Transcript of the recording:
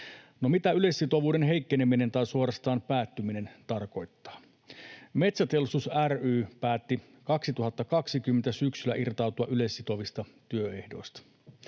mitä yleissitovuuden heikkeneminen tai suorastaan päättyminen tarkoittaa? Metsäteollisuus ry päätti syksyllä 2020 irtautua yleissitovista työehdoista.